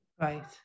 Right